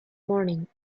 morning